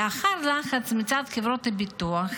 לאחר לחץ מצד חברות הביטוח,